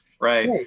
right